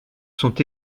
sont